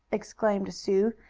exclaimed sue,